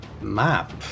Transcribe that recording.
map